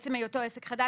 עצם היותו עסק חדש,